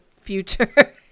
future